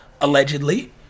allegedly